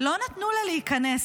לא נתנו לה להיכנס,